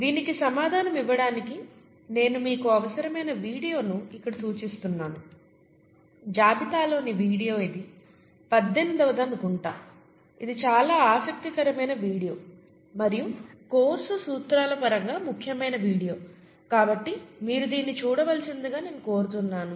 దీనికి సమాధానమివ్వడానికి నేను మీకు అవసరమైన వీడియోని ఇక్కడ సూచిస్తున్నాను జాబితాలోని వీడియో ఇది 18వ ది అనుకుంటా ఇది చాలా ఆసక్తికరమైన వీడియో మరియు కోర్సు సూత్రాల పరంగా ముఖ్యమైన వీడియో కాబట్టి మీరు దీన్ని చూడవలసిందిగా నేను కోరుతున్నాను